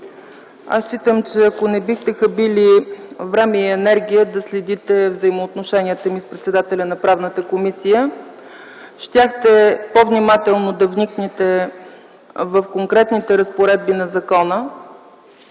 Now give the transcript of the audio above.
считам, че ако не бяхте хабили време и енергия да следите взаимоотношенията ми с председателя на Правната комисия, щяхте по-внимателно да вникнете в конкретните разпоредби на закона